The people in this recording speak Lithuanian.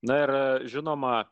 na ir žinoma